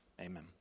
Amen